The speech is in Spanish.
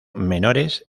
menores